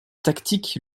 tactique